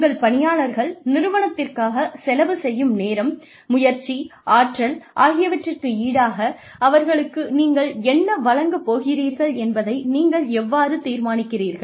உங்கள் பணியாளர்கள் நிறுவனத்திற்காகச் செலவு செய்யும் நேரம் முயற்சி ஆற்றல் ஆகியவற்றிற்கு ஈடாக அவர்களுக்கு நீங்கள் என்ன வழங்கப் போகிறீர்கள் என்பதை நீங்கள் எவ்வாறு தீர்மானிக்கிறீர்கள்